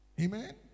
Amen